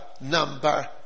number